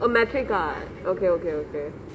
oh metric card okay okay okay